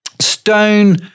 Stone